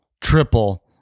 triple